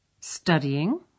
Studying